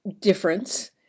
difference